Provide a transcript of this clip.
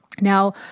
Now